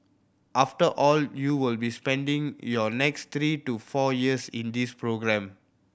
after all you will be spending your next three to four years in this programme